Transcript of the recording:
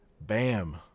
Bam